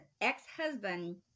ex-husband